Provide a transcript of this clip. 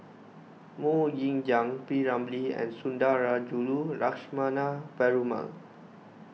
Mok Ying Jang P Ramlee and Sundarajulu Lakshmana Perumal